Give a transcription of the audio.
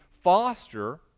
foster